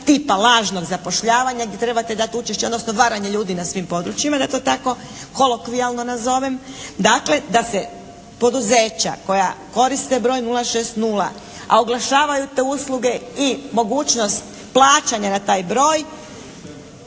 tipa lažnog zapošljavanja gdje trebate dati učešće, odnosno varanje ljudi na svim područjima da tako kolokvijalno nazovem, dakle da se poduzeća koja koriste broj 060, a oglašavaju te usluge i mogućnost plaćanja na taj broj